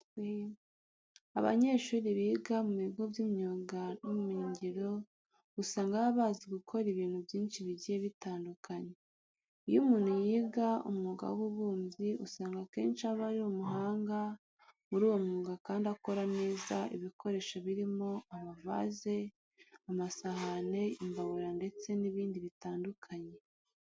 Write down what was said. Abanyeshuri biga mu bigo by'imyuga n'ubumenyingiro usanga baba bazi gukora ibintu byinshi bigiye bitandukanye. Iyo umuntu yiga umwuga w'ububumbyi usanga akenshi aba ari umuhanga muri uwo mwuga kandi akora neza ibikoresho birimo amavaze, amasahane, imbabura ndetse n'ibindi bitandukanye.